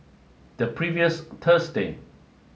the previous Thursday